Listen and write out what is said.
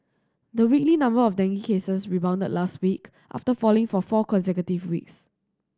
the weekly number of dengue cases rebounded last week after falling for four consecutive weeks